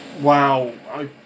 Wow